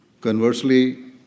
Conversely